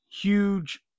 huge